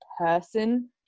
person